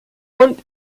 und